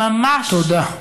תודה.